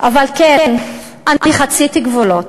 אבל כן, אני חציתי גבולות: